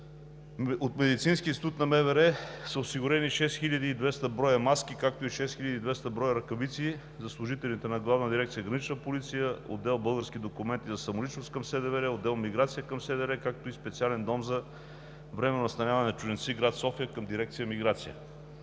От Медицинския институт на МВР са осигурени 6200 броя маски, както и 6200 броя ръкавици за служителите на Главна дирекция „Гранична полиция“, отдел „Български документи за самоличност“ към СДВР, отдел „Миграция“ към СДВР, както и специален дом за временно настаняване на чужденци в град София към дирекция „Миграция“.